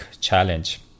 challenge